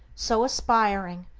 so aspiring,